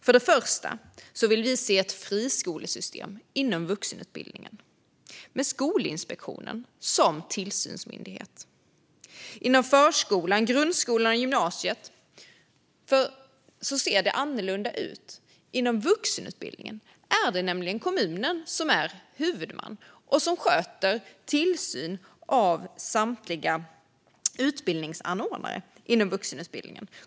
För det första vill vi se ett friskolesystem inom vuxenutbildningen med Skolinspektionen som tillsynsmyndighet. När det gäller förskolan, grundskolan och gymnasiet ser det annorlunda ut. När det gäller vuxenutbildningen är det nämligen kommunen som är huvudman, och det är kommunen som sköter tillsynen av samtliga utbildningsanordnare inom vuxenutbildningen.